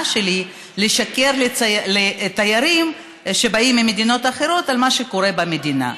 שלי לשקר לתיירים שבאים ממדינות אחרות על מה שקורה במדינה.